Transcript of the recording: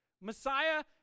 Messiah